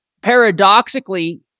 paradoxically